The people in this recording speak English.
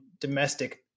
domestic